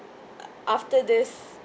after this